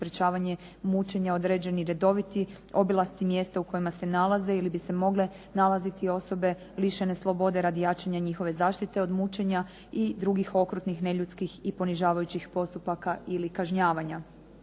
sprečavanje mučena određeni redoviti obilasci mjesta u kojima se nalaze ili bi se mogle nalaziti osobe lišene slobode, radi jačanja njihove zaštite od mučenja ili drugih okrutnih ili neljudskih i ponižavajućih postupaka ili kažnjavanja.